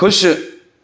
खु़शि